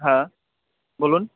হ্যাঁ বলুন